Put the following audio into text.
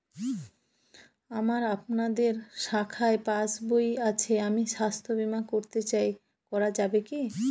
আমার আপনাদের শাখায় পাসবই আছে আমি স্বাস্থ্য বিমা করতে চাই করা যাবে কি?